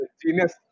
genius